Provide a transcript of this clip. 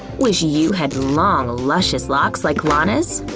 wish you had long, luscious locks like lana's?